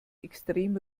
extrem